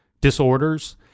disorders